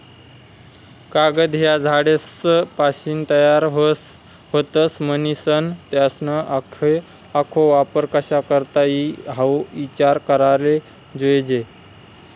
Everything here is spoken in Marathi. कागद ह्या झाडेसपाशीन तयार व्हतस, म्हनीसन त्यासना आखो वापर कशा करता ई हाऊ ईचार कराले जोयजे